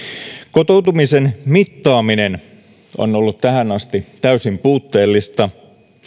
kotoutumisen mittaaminen on ollut tähän asti täysin puutteellista